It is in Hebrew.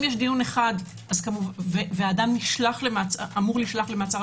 אם יש דיון אחד ואדם אמור להישלח למעצר,